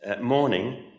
morning